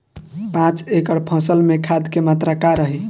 पाँच एकड़ फसल में खाद के मात्रा का रही?